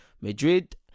Madrid